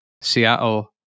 Seattle